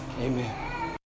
Amen